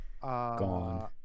Gone